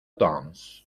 danse